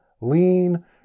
Lean